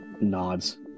Nods